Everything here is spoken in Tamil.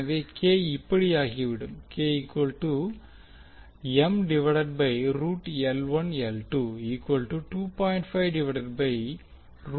எனவே k இப்படி ஆகிவிடும் K 0